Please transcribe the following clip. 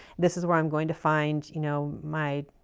this is where i'm going to find, you know, my